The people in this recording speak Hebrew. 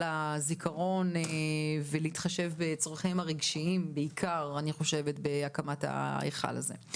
הזיכרון ולהתחשב בצרכיהם הרגשיים בעיקר אני חושבת בהקמת ההיכל הזה,